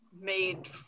made